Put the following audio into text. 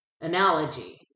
analogy